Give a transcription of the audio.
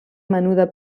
menuda